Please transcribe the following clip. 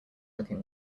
looking